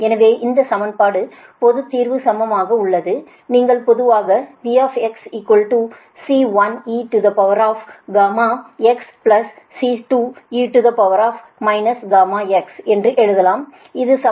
எனவே இந்த சமன்பாடு பொதுத் தீர்வு சமமாக உள்ளது நீங்கள் பொதுவாக VxC1eγxC2e γx என்று எழுதலாம் இது சமன்பாடு 26